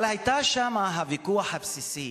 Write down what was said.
אבל היה שם הוויכוח הבסיסי,